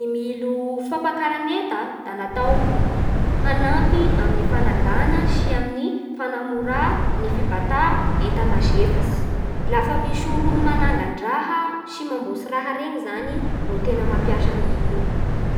Ny milo fampiakaran'enta da natao hanampy amin'ny fanangana sy amin'ny famora ny fibata enta mazefatsy. Lafa misy olo mananga-draha sy mamboatsy raha reny zany no tena mampiasa an'i io